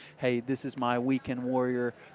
hey, this is my weekend warrior,